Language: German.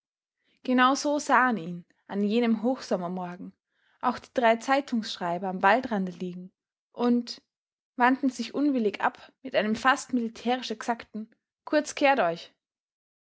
so sahen ihn an jenem hochsommermorgen auch die drei zeitungsschreiber am waldrande liegen und wandten sich unwillig ab mit einem fast militärisch exakten kurz kehrt euch